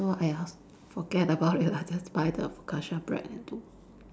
so !aiya! forget about it lah I just buy the focaccia bread and do